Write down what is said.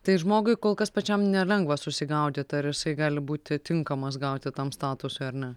tai žmogui kol kas pačiam nelengva susigaudyt ar jisai gali būti tinkamas gauti tam statusui ar ne